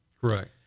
Correct